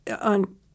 on